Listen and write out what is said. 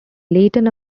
latin